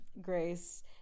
Grace